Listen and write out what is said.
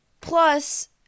Plus